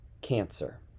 cancer